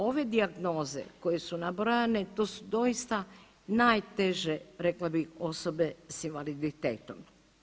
Ove dijagnoze koje su nabrojane to su doista najteže rekla bih osobe sa invaliditetom.